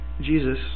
Jesus